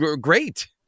Great